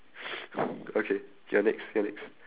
okay you're next you're next